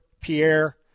Pierre